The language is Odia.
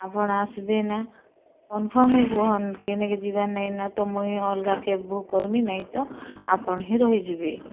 ଆପଣ୍ ଆସ୍ବେ ନା କନ୍ଫର୍ମ ହେଇ କହୁନ୍ କେନ୍କେ ଯିବାର୍ ନାଇନା ତ ମୁଇଁ ଅଲ୍ଗା କ୍ୟାବ୍ ବୁକ୍ କର୍ମି ନାଇ ତ ଆପଣ୍ ହିଁ ରହିଯିବେ